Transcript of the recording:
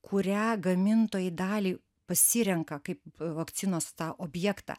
kurią gamintojai dalį pasirenka kaip vakcinos tą objektą